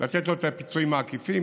את הפיצויים העקיפים.